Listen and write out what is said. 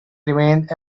remained